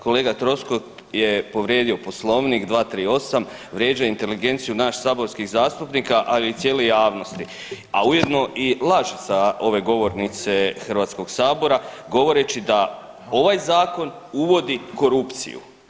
Kolega Troskot je povrijedio Poslovnik 238. vrijeđa inteligenciju nas saborskih zastupnika, ali i cijele javnosti, a ujedno i laže sa ove govornice Hrvatskog sabora govoreći da ovaj zakon uvodi korupciju.